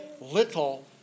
little